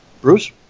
Bruce